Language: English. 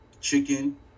chicken